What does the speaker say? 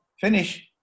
finish